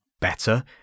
better